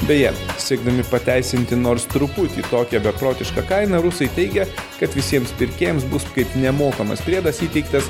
beje siekdami pateisinti nors truputį tokią beprotišką kainą rusai teigia kad visiems pirkėjams bus nemokamas priedas įteiktas